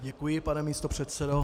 Děkuji, pane místopředsedo.